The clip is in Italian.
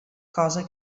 cosa